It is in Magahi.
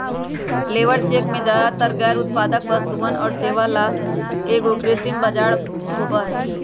लेबर चेक में ज्यादातर गैर उत्पादक वस्तुअन और सेवा ला एगो कृत्रिम बाजार होबा हई